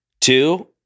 Two